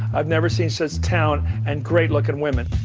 i've never seen such talent and great looking women.